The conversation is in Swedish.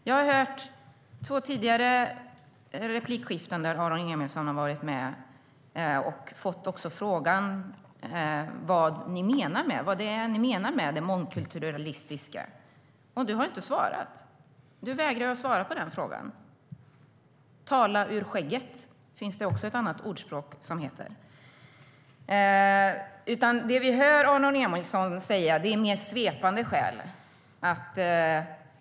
Jag har hört två tidigare replikskiften där Aron Emilsson har fått frågan: Vad är det ni menar med det mångkulturalistiska? Du har inte svarat. Du vägrar att svara på den frågan. Det finns ett annat ordspråk som lyder: Tala ur skägget! Det vi hör Aron Emilsson tala om är mer svepande skäl.